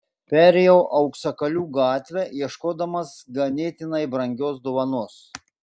perėjau auksakalių gatve ieškodamas ganėtinai brangios dovanos